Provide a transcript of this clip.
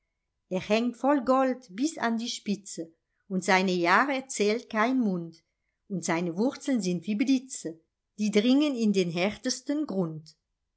er hängt voll gold bis an die spitze und seine jahre zählt kein mund und seine wurzeln sind wie blitze die dringen in den härtesten grund